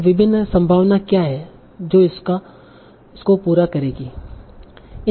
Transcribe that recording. तों विभिन्न संभावनाएँ क्या है जो इसको पूरा करेगी